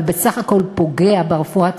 אבל בסך הכול פוגע ברפואה הציבורית,